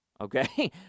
Okay